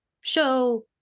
show